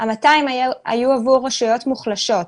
ה-200 מיליון היו עבור רשויות מוחלשות.